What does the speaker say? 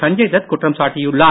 சஞ்சய் தத் குற்றம் சாட்டியுள்ளார்